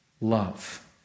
love